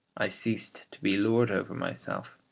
i ceased to be lord over myself.